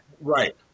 Right